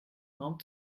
raum